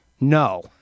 No